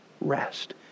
rest